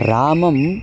रामम्